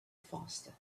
faster